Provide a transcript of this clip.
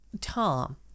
Tom